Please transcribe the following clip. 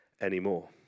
anymore